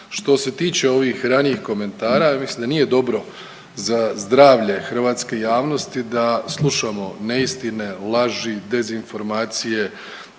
Što se tiče ovih ranijih komentara ja mislim da nije dobro za zdravlje hrvatske javnosti da slušamo neistine, laži, dezinformacije